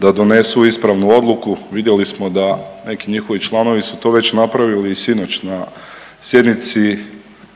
da donesu ispravnu odluku. Vidjeli smo da neki njihovi članovi su to već napravili i sinoć na sjednici